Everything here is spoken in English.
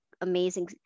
amazing